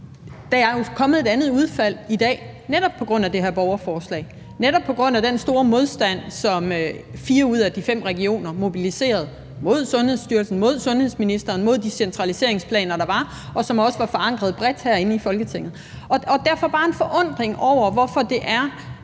er kommet et andet udfald i dag netop på grund af det her borgerforslag, netop på grund af den store modstand, som fire ud af de fem regioner mobiliserede mod Sundhedsstyrelsen, mod sundhedsministeren, mod de centraliseringsplaner, der var, og som også var forankret bredt herinde i Folketinget. Derfor vil jeg bare udtrykke min forundring over, hvorfor